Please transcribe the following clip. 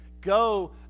go